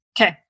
Okay